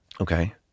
Okay